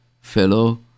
fellow